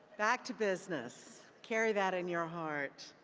back to business. carry that in your heart.